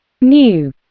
new